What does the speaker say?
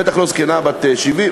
בטח לא זקנה בת 70,